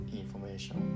information